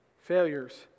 failures